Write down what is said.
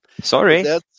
Sorry